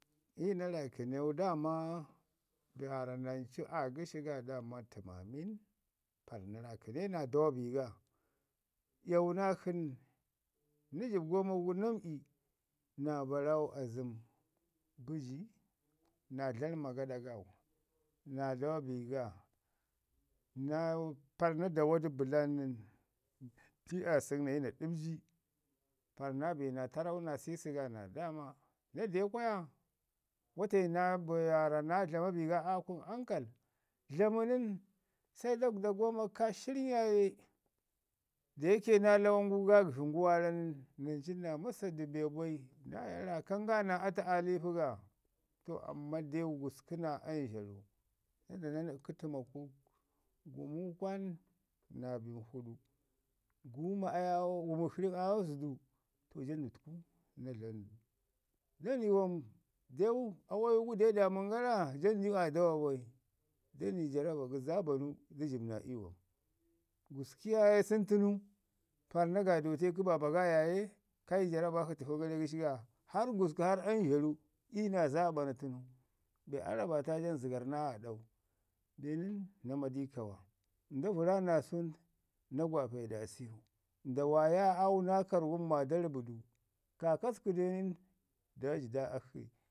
Iyu naa raakəneu, daama be waarra nancu aa gəshi ga daama tə mamin kəle naa dawa bi ga, iyawu nakshi nən, na jəb gwamak gu na mə'i naa barawu azəm, bəji naa dlama aɗa an naa dama bi ga na- par naa damar du bəlan nən, i aasək nayi na ɗəɓji para na bi naa taarau naa sisi ga naa daama. Na den kwaya, wate naa be waarra naa dlama bi ga naa ankali dlamu nən se daguda gwamak ka shirin yaaye da naa Lawan gu gagzhin gu waara nən nancun naa masa du be baji naa raakan naa atu aa tiipu ga. To amman den gusku naa amzharu se da na nəpku təmaku gumu kwan naa bin fuɗu, guuma ayaawo- gumu shirin ayawa jədu, jandutku naa dlamu du. Na ni wan deu awayu deu daamən gara, jandau aa dama bai. Da nai jarabak zaabanu da jəbu naa iyu. Gusku yaye sən tənu para na gaadəte kə Baba ga yaaye, kai jarabak shi təfən gara ii kunu ga. Hau gusku, harr amzharu, iyu naa zaabanu tənu be aa rabaata jan zəgar naa aaɗau. De nən na ma di kawa. Nda vəra naa sun, na gwape daa siwu nda waaya au naa kargun maa da rəbu du, kaakasku den da ji da akshi,